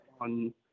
on